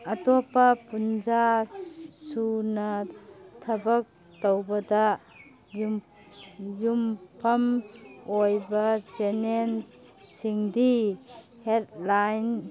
ꯑꯇꯣꯞꯄ ꯄꯨꯡꯖꯥ ꯁꯨꯅ ꯊꯕꯛ ꯇꯧꯕꯗ ꯌꯨꯝꯐꯝ ꯑꯣꯏꯕ ꯆꯦꯅꯦꯜꯁꯤꯡꯗꯤ ꯍꯦꯗꯂꯥꯏꯟ